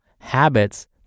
habits